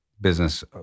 business